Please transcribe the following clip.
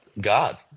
God